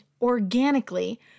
organically